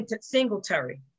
Singletary